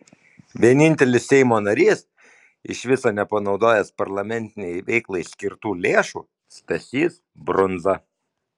vienintelis seimo narys iš viso nepanaudojęs parlamentinei veiklai skirtų lėšų stasys brundza